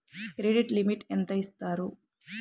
Credit limit ఎంత ఇస్తారు?